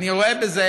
אני רואה בזה